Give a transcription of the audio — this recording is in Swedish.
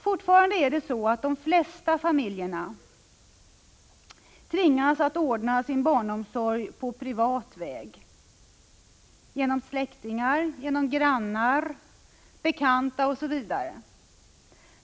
Fortfarande är det så, att de flesta familjer tvingas att ordna sin 4 december 1985 barnomsorg på privat väg — genom släktingar, grannar, bekanta osv.